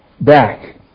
back